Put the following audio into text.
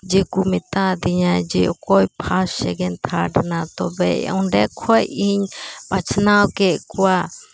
ᱡᱮ ᱠᱚ ᱢᱮᱛᱟᱣᱫᱤᱧᱟ ᱚᱠᱚᱭ ᱯᱷᱟᱥᱴ ᱥᱮᱠᱮᱱᱰ ᱛᱷᱟᱨᱰ ᱮᱱᱟ ᱛᱚᱵᱮ ᱚᱸᱰᱮ ᱠᱷᱚᱡ ᱤᱧ ᱵᱟᱪᱷᱱᱟᱣ ᱠᱮᱫ ᱠᱚᱣᱟ